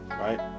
Right